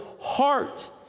heart